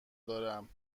دارم